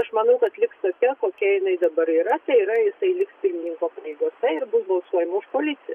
aš manau kad liks tokia kokia jinai dabar yra tai yra jisai liks pirmininko pareigose ir bus balsuojama už koaliciją